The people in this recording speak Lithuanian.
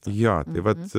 jo vat